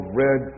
red